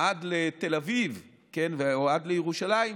עד לתל אביב, או עד לירושלים.